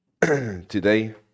Today